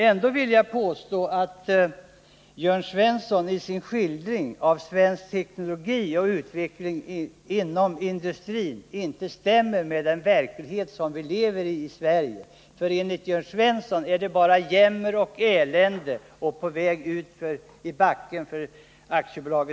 Jag vill ändå påstå att Jörn Svenssons skildring av svensk teknologi och utvecklingen inom industrin inte stämmer med den verklighet som vi lever i i Sverige. Enligt Jörn Svensson är det bara jämmer och elände och på väg utför i backen för AB Sverige.